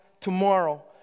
tomorrow